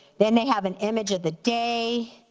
then they have an image of the day,